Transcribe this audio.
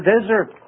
desert